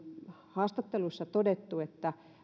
haastatteluissa todettu että